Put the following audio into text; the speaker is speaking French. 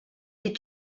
est